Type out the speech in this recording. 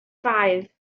five